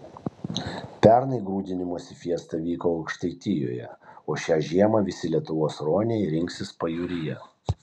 pernai grūdinimosi fiesta vyko aukštaitijoje o šią žiemą visi lietuvos ruoniai rinksis pajūryje